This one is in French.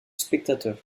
spectateurs